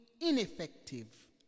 ineffective